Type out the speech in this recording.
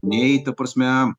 nei ta prasme